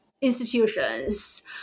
institutions